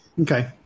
Okay